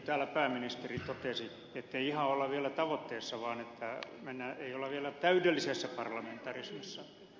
täällä pääministeri totesi ettei ihan olla vielä tavoitteessa ei olla vielä täydellisessä parlamentarismissa